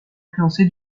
influencé